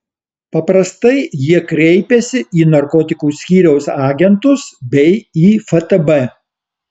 paprastai jie kreipiasi į narkotikų skyriaus agentus bei į ftb